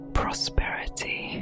prosperity